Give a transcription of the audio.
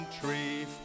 tree